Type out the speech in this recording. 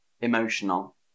emotional